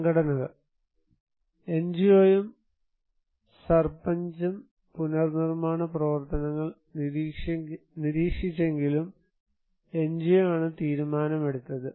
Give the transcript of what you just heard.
സംഘടനകൾ എൻജിഒയും സർപഞ്ചും പുനർനിർമ്മാണ പ്രവർത്തനങ്ങൾ നിരീക്ഷിച്ചെങ്കിലും എൻജിഒയാണ് തീരുമാനമെടുത്തത്